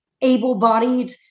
able-bodied